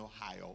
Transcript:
Ohio